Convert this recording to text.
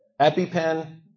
EpiPen